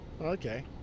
Okay